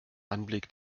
anblick